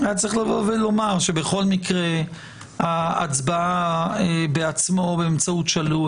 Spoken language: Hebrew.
הצבעה באמצעות מערכת מקוונת היא למעשה הצבעה מקוונת באמצעות כתב